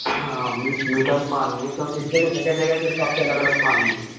हाँ मीठा ही पानी है क्योंकि देखो जगह जगह के हिसाब से अलग अलग पानी है